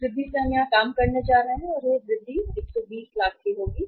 इस वृद्धि से हम यहां काम करने जा रहे हैं और यह वृद्धि 120 लाख सही होगी